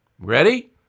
Ready